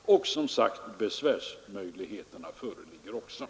Och besvärsmöjligheter finns som sagt.